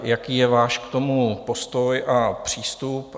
Jaký je váš k tomu postoj a přístup?